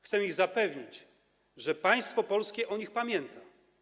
Chcemy ich zapewnić, że państwo polskie o nich pamięta.